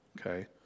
Okay